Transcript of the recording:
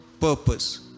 purpose